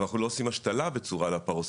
אבל אנחנו לא עושים השתלה בצורה לפרוסקופית,